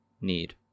need